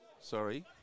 Sorry